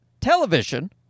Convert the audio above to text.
television